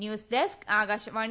news desk Akashvani